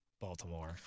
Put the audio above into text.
Baltimore